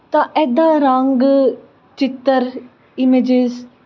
ਤਾਂ ਇੱਦਾਂ ਰੰਗ ਚਿੱਤਰ ਇਮੇਜਿਸ